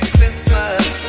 Christmas